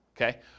okay